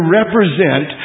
represent